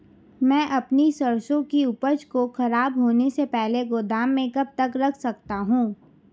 मैं अपनी सरसों की उपज को खराब होने से पहले गोदाम में कब तक रख सकता हूँ?